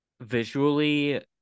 visually